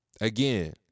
Again